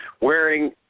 wearing